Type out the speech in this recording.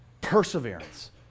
perseverance